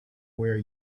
where